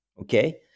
okay